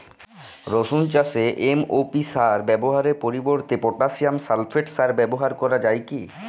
রসুন চাষে এম.ও.পি সার ব্যবহারের পরিবর্তে পটাসিয়াম সালফেট সার ব্যাবহার করা যায় কি?